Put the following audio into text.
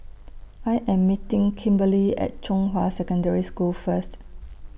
I Am meeting Kimberli At Zhonghua Secondary School First